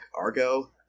Argo